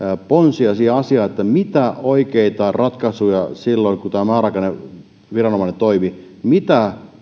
ponsia siihen asiaan mitä oikeita ratkaisuja tehtiin silloin kun tämä määräaikainen viranomainen toimi mitä